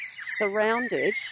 surrounded